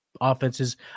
offenses